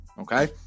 okay